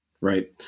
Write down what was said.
Right